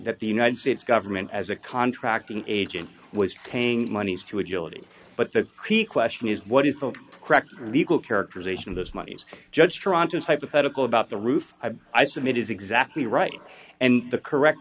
that the united states government as a contractor an agent was paying monies to agility but the creek question is what is the correct legal characterization of those moneys judge tronson hypothetical about the roof i submit is exactly right and the correct